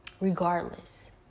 regardless